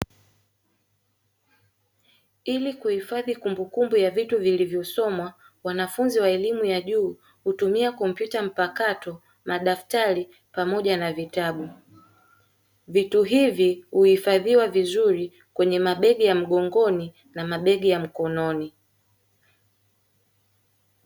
Ili kuhifadhi kumbukumbu ya vitu vilivyosomwa, wanafunzi wa elimu ya juu hutumia kompyuta mpakato, madaftari, pamoja na vitabu. Vitu hivi huhifadhiwa vizuri kwenye mabegi ya mgongoni na mabegi ya mkononi.